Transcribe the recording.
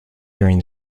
during